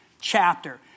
chapter